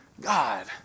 God